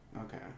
Okay